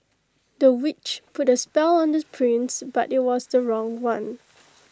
the witch put A spell on the prince but IT was the wrong one